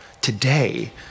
Today